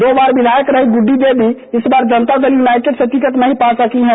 दो बार विधायक रही गुड्डी देवी इस बार जनता दल यूनाइटेड से टिकट नहीं पा सकी हैं